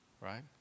Right